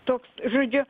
toks žodžiu